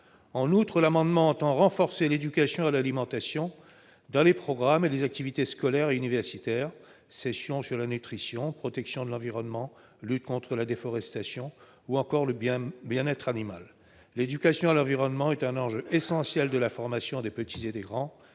En outre, l'amendement tend à renforcer l'éducation à l'alimentation dans les programmes et les activités scolaires et universitaires : sessions sur la nutrition, la protection de l'environnement, la lutte contre la déforestation ou encore le bien-être animal. L'éducation à l'environnement est un enjeu essentiel de la formation des petits et des grands,